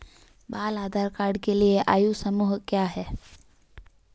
बाल आधार कार्ड के लिए आयु समूह क्या है?